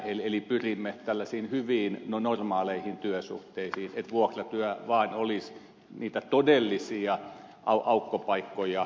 eli pyrimme tällaisiin hyviin normaaleihin työsuhteisiin niin että vuokratyö vain olisi niitä todellisia aukkopaikkoja täyttämässä